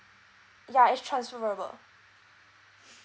ya it's transferable